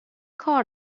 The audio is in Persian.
کار